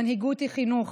מנהיגות היא חינוך,